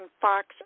Fox